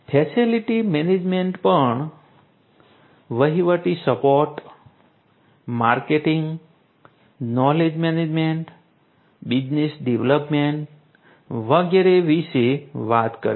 facility management પણ વહીવટી support marketing knowledge management business development વગેરે વિશે વાત કરે છે